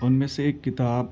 ان میں سے ایک کتاب